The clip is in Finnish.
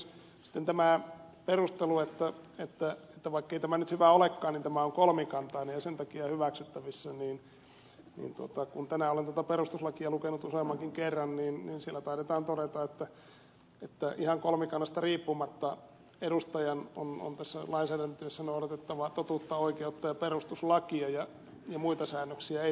sitten kun on tämä perustelu että vaikkei tämä nyt hyvä olekaan niin tämä on kolmikantainen ja sen takia hyväksyttävissä niin kun tänään olen tuota perustuslakia lukenut useammankin kerran niin siinä taidetaan todeta että ihan kolmikannasta riippumatta edustajan on tässä lainsäädäntötyössä noudatettava totuutta oikeutta ja perustuslakia ja muita säännöksiä ei tarvitse noudattaa